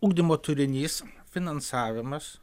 ugdymo turinys finansavimas